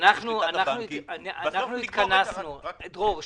בסוף --- דרור,